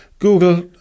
Google